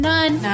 None